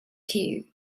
cue